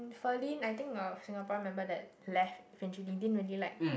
Ferlyn I think a Singaporean member that left when you like